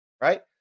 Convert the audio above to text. right